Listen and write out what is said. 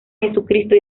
jesucristo